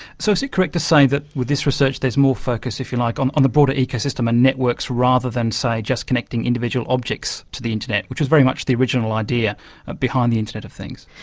so is it correct to say that with this research there's more focus, if you like, on on the broader ecosystem and networks, rather than, say, just connecting individual objects to the internet, which was very much the original idea ah behind the internet of things.